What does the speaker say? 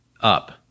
up